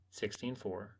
sixteen-four